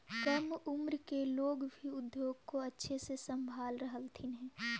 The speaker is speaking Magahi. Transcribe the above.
कम उम्र से लोग भी उद्योग को अच्छे से संभाल रहलथिन हे